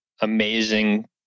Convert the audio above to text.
amazing